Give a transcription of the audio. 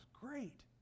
great